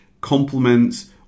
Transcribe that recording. complements